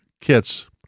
kits